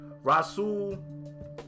Rasul